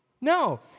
No